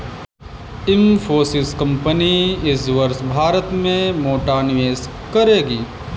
Infosys company इस वर्ष भारत में मोटा निवेश करेगी